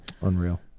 Unreal